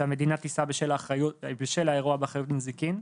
שהמדינה תישא בשל האירוע באחריות נזיקין,